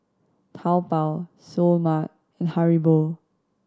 Taobao Seoul Mart and Haribo